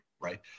Right